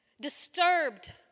disturbed